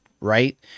Right